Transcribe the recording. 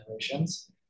generations